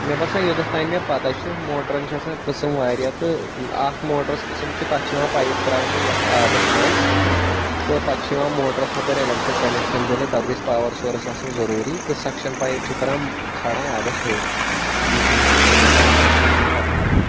مےٚ باسان یوٚتَتھ تانۍ مےٚ پَتہ چھِ موٹرَن چھِ آسان قٕسٕم واریاہ تہٕ اَکھ موٹرَس قٕسٕم چھِ تَتھ چھِ یِوان پایپ ترٛاونہٕ یَتھ آبَس منٛز تہٕ پَتہٕ چھِ یِوان موٹرَس ہۄپٲرۍ ایٚلیٚکٹِرٛک کَنیٚکشَن دِنہٕ تَتھ گژھہِ پاوَر سورُس آسُن ضروٗری تہٕ سَکشَن پایپ چھِ کَران کھاڑان آبَس ہیٚور تہٕ یژٕے ہان چھِ مےٚ پَتہ اَمہ اوٗرٕ چھُو نہٕ مےٚ پَتہ کیٚنٛہہ